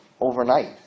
overnight